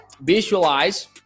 visualize